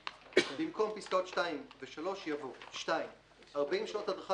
(2) במקום פסקאות (2) ו- (3) יבוא: "(2)ארבעים שעות הדרכה